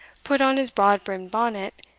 put on his broad-brimmed bonnet,